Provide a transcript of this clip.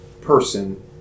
person